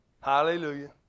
Hallelujah